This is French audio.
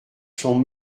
sont